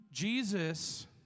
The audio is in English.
Jesus